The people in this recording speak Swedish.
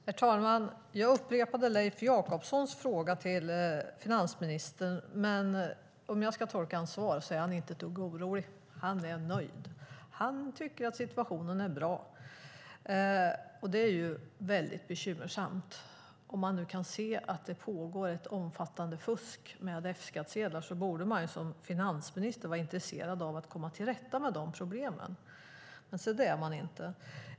Herr talman! Jag upprepade Leif Jakobssons fråga till finansministern, men om jag tolkar hans svar rätt är han inte ett dugg orolig. Han är nöjd. Han tycker att situationen är bra. Det är bekymmersamt. Om man nu kan se att omfattande fusk med F-skattsedlar pågår borde han som finansminister vara intresserad av att komma till rätta med de problemen. Men se det är han inte.